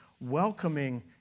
welcoming